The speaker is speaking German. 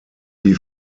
die